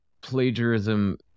plagiarism